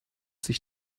sich